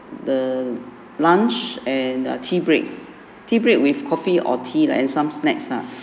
the lunch and err tea break tea break with coffee or tea and some snacks ah